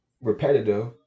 repetitive